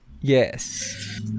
Yes